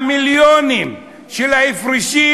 המיליונים של ההפרשים,